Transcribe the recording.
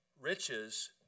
Riches